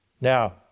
Now